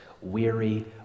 weary